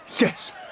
Yes